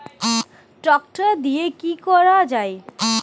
Tractor দিয়ে কি করা যায়?